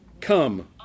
Come